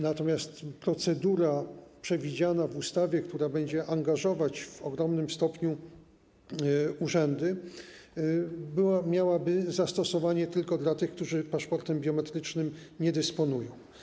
Natomiast procedura przewidziana w ustawie, która będzie angażować w ogromnym stopniu urzędy, miałaby zastosowanie tylko dla tych, którzy paszportem biometrycznym nie dysponują.